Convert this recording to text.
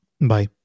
Bye